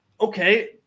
okay